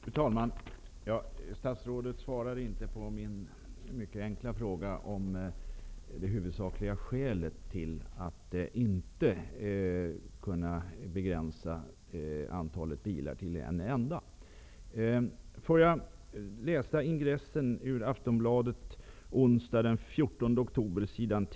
Fru talman! Statsrådet svarade inte på min mycket enkla fråga om det huvudsakliga skälet till att inte kunna begränsa antalet bilar till en enda. Får jag läsa ingressen till en artikel i Aftonbladet onsdag den 14 oktober på s.